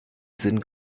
sinn